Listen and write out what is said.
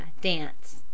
Dance